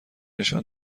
نشان